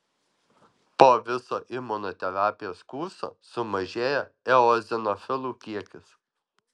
po viso imunoterapijos kurso sumažėja eozinofilų kiekis